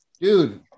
Dude